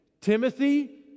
Timothy